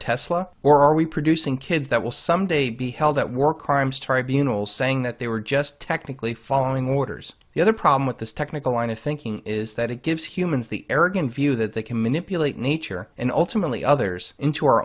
tesla or are we producing kids that will someday be held at war crimes tribunals saying that they were just technically fall only mortars the other problem with this technical line of thinking is that it gives humans the arrogant view that they can manipulate nature and ultimately others into our